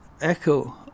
echo